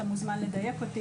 אתה מוזמן לדייק אותי,